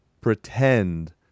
pretend